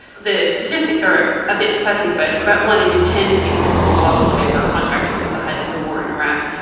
the statistics are a bit fuzzy but about one in ten people, people often say were contractors at the height of the war in iraq.